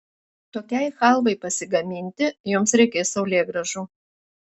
tokiai chalvai pasigaminti jums reikės saulėgrąžų